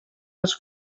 les